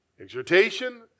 exhortation